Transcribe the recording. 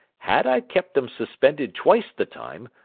had i kept them suspended twice the time,